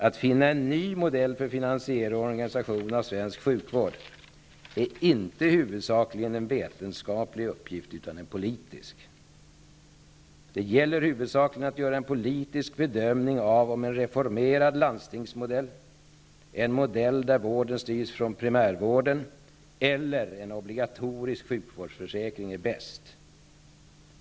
Att finna en ny modell för finansiering och organisation av svensk sjukvård är inte huvudsakligen en vetenskaplig uppgift, utan en politisk. Det gäller huvudsakligen att göra en politisk bedömning av om en reformerad landstingsmodell, en modell där vården styrs från primärvården, eller om en obligatorisk sjukvårdsförsäkring är bäst.